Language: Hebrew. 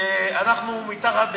שאנחנו מתחת,